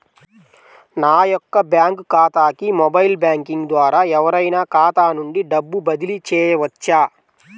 నా యొక్క బ్యాంక్ ఖాతాకి మొబైల్ బ్యాంకింగ్ ద్వారా ఎవరైనా ఖాతా నుండి డబ్బు బదిలీ చేయవచ్చా?